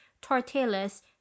tortillas